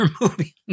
movie